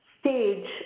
stage